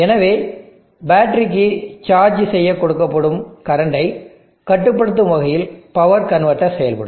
எனவே பேட்டரிக்கு சார்ஜ் செய்ய கொடுக்கப்படும் கரண்டை கட்டுப்படுத்தும் வகையில் பவர் கன்வெர்ட்டர் செயல்படும்